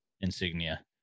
insignia